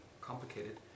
complicated